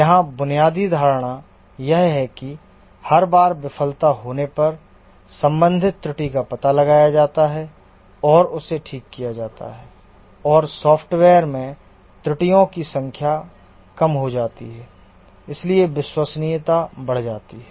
यहां बुनियादी धारणा यह है कि हर बार विफलता होने पर संबंधित त्रुटि का पता लगाया जाता है और उसे ठीक किया जाता है और सॉफ्टवेयर में त्रुटियों की संख्या कम हो जाती है इसलिए विश्वसनीयता बढ़ जाती है